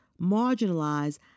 marginalize